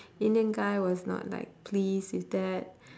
indian guy was not like pleased with that